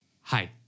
Hi